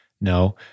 No